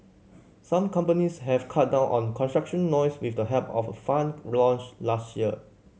some companies have cut down on construction noise with the help of a fund launched last year